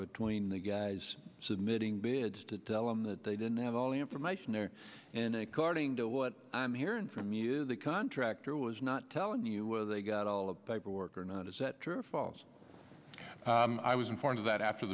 between the guys submitting beds to tell them that they didn't have all the information there and according to what i'm hearing from you the contractor was not telling you where they got all of the paperwork or not is it true or false i was informed of that after